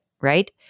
right